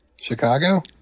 Chicago